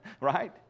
Right